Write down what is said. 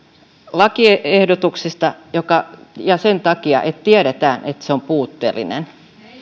lakiehdotuksesta ja sen takia että tiedetään että se on puutteellinen